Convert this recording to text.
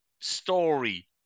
story